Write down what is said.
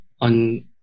on